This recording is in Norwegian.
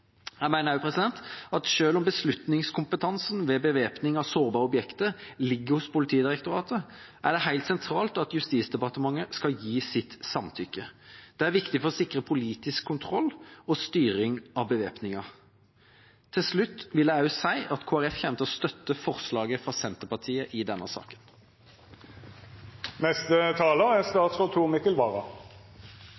Jeg mener også at selv om beslutningskompetansen ved bevæpning ved sårbare objekter ligger hos Politidirektoratet, er det helt sentralt at Justisdepartementet skal gi sitt samtykke. Det er viktig for å sikre politisk kontroll og styring av bevæpningen. Til slutt vil jeg si at Kristelig Folkeparti kommer til å støtte forslaget fra Senterpartiet i denne saken. Det er